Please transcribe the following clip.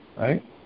right